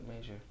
major